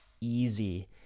easy